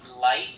light